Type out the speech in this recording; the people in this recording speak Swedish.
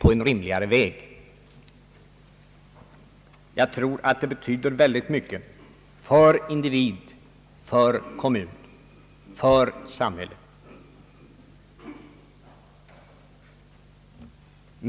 De åtgärder vi här beslutar betyder därför väldigt mycket för individen, för kommunerna, för samhället.